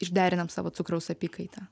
išderinam savo cukraus apykaitą